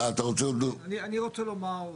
אני רוצה לומר משהו.